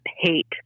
hate